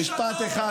כישלון.